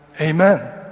Amen